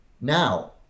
Now